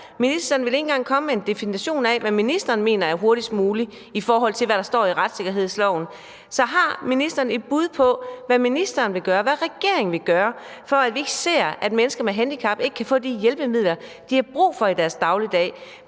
Ministeren vil ikke engang komme med en definition af, hvad ministeren mener er hurtigst muligt, i forhold til hvad der står i retsikkerhedsloven. Så har ministeren et bud på, hvad ministeren vil gøre, hvad regeringen vil gøre, så vi ikke ser, at mennesker med handicap ikke kan få de hjælpemidler, de har brug for i deres dagligdag